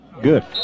good